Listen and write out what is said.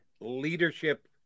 Leadership